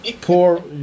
Poor